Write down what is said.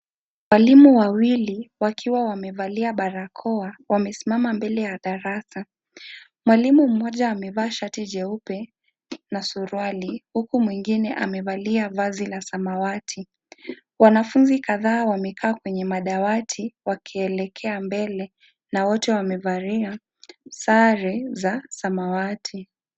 Walimu wawili wakiwa wamevalia barakoa wamesimama mbele ya darasa mwalimu mmoja amevaa shati jeupe na suruali huku mwingine amevalia vazi la samawati wanafunzi kadhaa wamejaa kwenye madawati wzkielekea mbele na wote wamevalia sare za samawati.